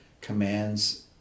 commands